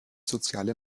soziale